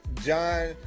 John